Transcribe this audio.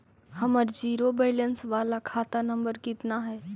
हमर zero balance बाला खाता नम्बर कितना है?